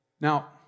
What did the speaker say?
Now